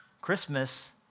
Christmas